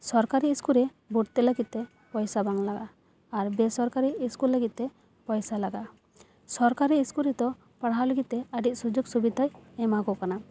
ᱥᱚᱠᱟᱨᱤ school ᱨᱮ ᱵᱷᱚᱨᱛᱤ ᱞᱟ ᱜᱤᱫ ᱛᱮ ᱯᱚᱭᱥᱟ ᱵᱟᱝ ᱞᱟᱜᱟᱜᱼᱟ ᱟᱨ ᱵᱮᱥᱚᱨᱠᱟᱨᱤ ᱤᱥᱠᱩᱞ ᱞᱟᱹᱜᱤᱫ ᱛᱮ ᱯᱚᱭᱥᱟ ᱞᱟᱜᱟᱜᱼᱟ ᱥᱚᱨᱠᱟᱨᱤ ᱥᱠᱩᱞ ᱨᱮᱫᱚ ᱯᱟᱲᱦᱟᱣ ᱞᱟ ᱜᱤᱫ ᱛᱮ ᱟ ᱰᱤ ᱥᱩᱡᱳᱜᱽ ᱥᱩᱵᱤᱫᱷᱟᱭ ᱮᱢᱟ ᱠᱚ ᱠᱟᱱᱟ